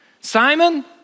Simon